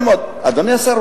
אדוני השר,